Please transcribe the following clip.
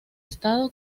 estado